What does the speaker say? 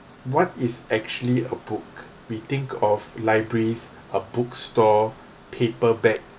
what is actually a book we think of libraries a bookstore paper bag